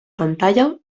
pantalla